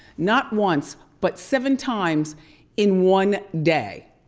not once, but seven times in one day,